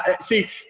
See